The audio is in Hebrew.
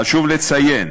חשוב לציין